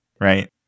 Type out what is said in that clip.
right